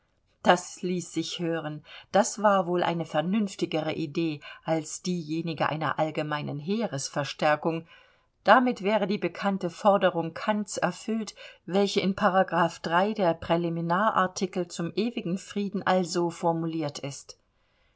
das ließ sich hören das war wohl eine vernünftigere idee als diejenige einer allgemeinen heeresverstärkung damit wäre die bekannte forderung kants erfüllt welche in paragraph der präliminar artikel zum ewigen frieden also formuliert ist